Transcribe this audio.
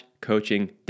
coaching